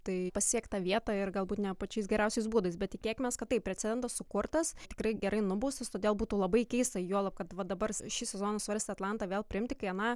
tai pasiekt tą vietą ir galbūt ne pačiais geriausiais būdais bet tikėkimės kad taip precedentas sukurtas tikrai gerai nubaustas todėl būtų labai keista juolab kad va dabar šį sezoną svarstė atlantą vėl priimti kai aną